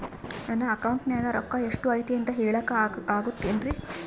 ನನ್ನ ಅಕೌಂಟಿನ್ಯಾಗ ರೊಕ್ಕ ಎಷ್ಟು ಐತಿ ಅಂತ ಹೇಳಕ ಆಗುತ್ತೆನ್ರಿ?